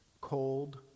cold